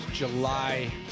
July